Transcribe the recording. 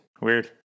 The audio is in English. weird